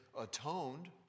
atoned